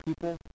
people